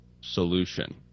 solution